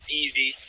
easy